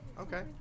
okay